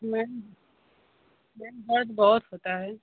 ma'am ma'am दर्द बहुत होता है